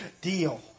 deal